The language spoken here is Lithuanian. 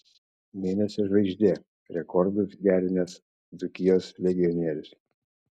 mėnesio žvaigždė rekordus gerinęs dzūkijos legionierius